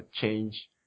change